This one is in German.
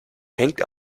hängt